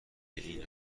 این